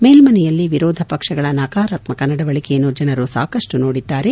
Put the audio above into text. ಮೇಲ್ಯನೆಯಲ್ಲಿ ವಿರೋಧಪಕ್ಷಗಳ ನಕರಾತ್ಮಕ ನಡವಳಿಕೆಯನ್ನು ಜನರು ಸಾಕಷ್ಟು ನೋಡಿದ್ದಾರೆ